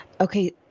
Okay